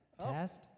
Test